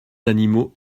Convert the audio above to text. animaux